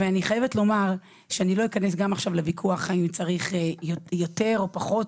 אני לא אכנס לוויכוח האם צריך יותר או פחות,